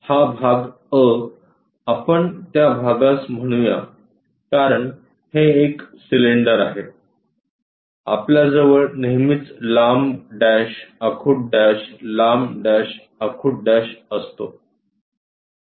हा भाग अ आपण त्या भागास म्हणूया कारण हे एक सिलिंडर आहे आपल्याजवळ नेहमीच लांब डॅश आखुड डॅश लांब डॅश आखुड डॅश असतो